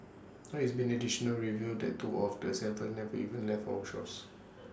now it's been additionally revealed that two of the Seven never even left our shores